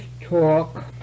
talk